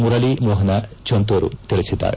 ಮುರಳಿ ಮೋಹನ ಚೂಂತಾರು ತಿಳಿಸಿದ್ದಾರೆ